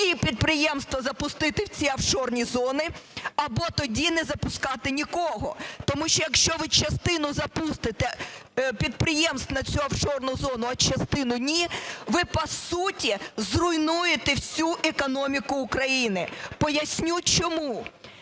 всі підприємства запустити в ці офшорні зони, або тоді не запускати нікого. Тому що, якщо ви частину запустите підприємств на цю офшорну зону, а частину – ні, ви, по суті, зруйнуєте всю економіку України. Поясню, чому.